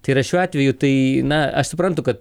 tai yra šiuo atveju tai na aš suprantu kad